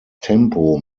tempo